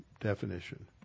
definition